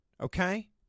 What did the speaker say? okay